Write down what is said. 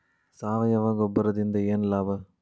ಸಾವಯವ ಗೊಬ್ಬರದಿಂದ ಏನ್ ಲಾಭ?